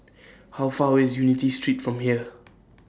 How Far away IS Unity Street from here